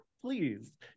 please